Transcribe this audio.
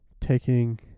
taking